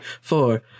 four